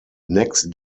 next